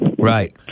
Right